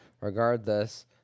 regardless